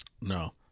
No